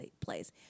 place